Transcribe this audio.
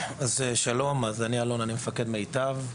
שלום רב, אני אלון, מפקד מיטב.